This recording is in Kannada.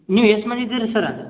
ನೀವು ಎಷ್ಟು ಮಂದಿ ಇದ್ದೀರ ರೀ ಸರ್